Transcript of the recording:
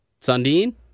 Sundin